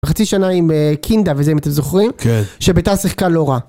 חצי שנה עם קינדה וזה אם אתם זוכרים, שביתר שיחקה לא רע.